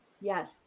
Yes